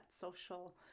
social